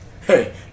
Hey